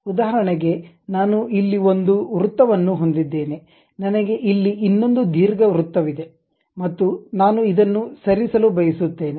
ಉದಾಹರಣೆಗೆ ನಾನು ಇಲ್ಲಿ ಒಂದು ವೃತ್ತವನ್ನು ಹೊಂದಿದ್ದೇನೆ ನನಗೆ ಇಲ್ಲಿ ಇನ್ನೊಂದು ದೀರ್ಘವೃತ್ತವಿದೆ ಮತ್ತು ನಾನು ಇದನ್ನು ಸರಿಸಲು ಬಯಸುತ್ತೇನೆ